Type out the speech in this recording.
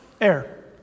Air